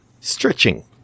Stretching